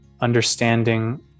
understanding